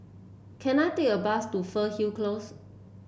can I take a bus to Fernhill Close